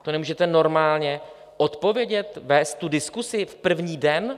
To nemůžete normálně odpovědět, vést diskusi v první den?